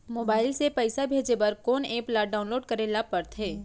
Mobile से पइसा भेजे बर कोन एप ल डाऊनलोड करे ला पड़थे?